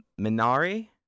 Minari